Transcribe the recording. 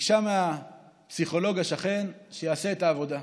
וביקשה מהפסיכולוג השכן שיעשה את העבודה.